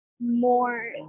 more